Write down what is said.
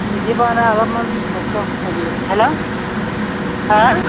বুজি পোৱা নাই অলপমান নেটৱৰ্ক হেৰি হৈছে হেল্ল' হা